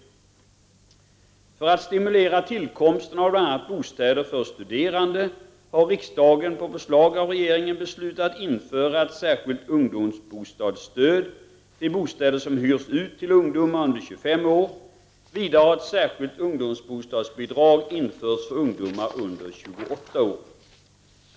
För att stimulera tillkomsten av bl.a. bostäder för studerande har riksdagen på förslag av regeringen beslutat införa ett särskilt ungdomsbostadsstöd till bostäder som hyrs ut till ungdomar under 25 år. Vidare har ett särskilt ungdomsbostadsbidrag införts för ungdomar under 28 år.